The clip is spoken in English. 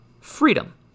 freedom